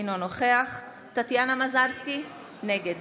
אינו נוכח טטיאנה מזרסקי, נגד